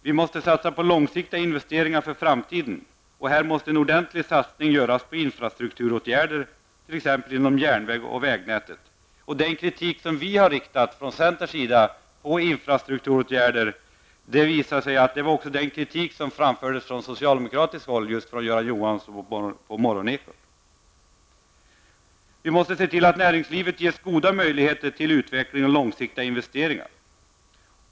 Vi måste satsa på långsiktiga investeringar för framtiden. Här måste en ordentlig satsning göras på infrastrukturåtgärder, t.ex. när det gäller järnväg och vägnätet. Den kritik som centern har riktat mot infrastrukturåtgärderna är densamma som framfördes från socialdemokraten Göran Johansson i Morgonekot. Vi måste se till att näringslivet ges goda möjligheter till utveckling och långsiktiga investeringar.